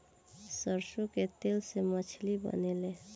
सरसों के तेल से मछली बनेले